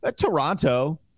Toronto